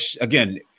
again